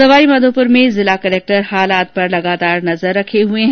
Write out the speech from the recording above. सवाईमाधोपुर में जिला कलेक्टर हालात पर लगातार नजर रखे हये हैं